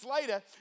later